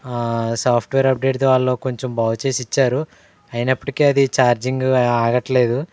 software అప్డేట్ది వాళ్ళు కొంచెం బాగు చేసి ఇచ్చారు అయినప్పటికీ అది చార్జింగు ఆగట్లేదు